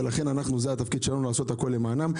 ולכן זה התפקיד שלנו לעשות הכול למענם,